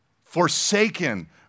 forsaken